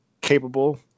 capable